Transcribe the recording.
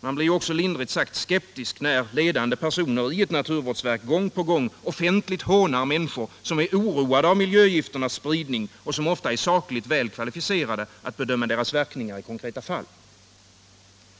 Man blir också lindrigt sagt skeptisk när ledande personer i ett naturvårdsverk gång på gång offentligt hånar människor som är oroade av miljögifternas spridning och som ofta är sakligt väl kvalificerade att bedöma deras verkningar i konkreta fall.